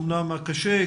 אמנם הקשה,